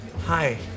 Hi